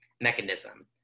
mechanism